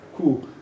cool